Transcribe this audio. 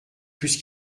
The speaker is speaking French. plus